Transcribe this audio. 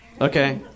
Okay